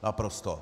Naprosto.